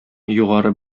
югары